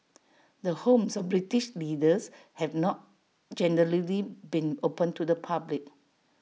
the homes of British leaders have not generally been open to the public